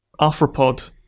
Arthropod